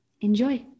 enjoy